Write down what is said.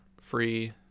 free